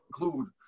include